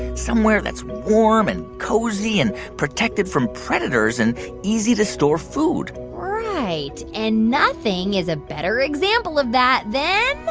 somewhere that's warm and cozy and protected from predators and easy to store food right. and nothing is a better example of that than.